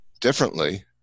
differently